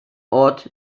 ort